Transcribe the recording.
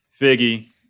Figgy